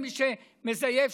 ומי שמזייף,